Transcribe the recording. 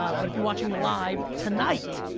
um but if you're watching live tonight,